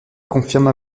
confirme